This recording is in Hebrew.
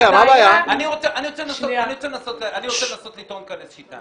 אני רוצה לנסות לטעון כאן איזושהי טענה.